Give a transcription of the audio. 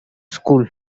school